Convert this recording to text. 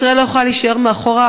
ישראל לא יכולה להישאר מאחור.